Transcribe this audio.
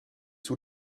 sous